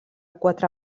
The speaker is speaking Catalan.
quatre